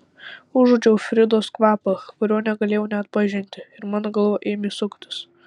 užuodžiau fridos kvapą kurio negalėjau neatpažinti ir mano galva ėmė suktis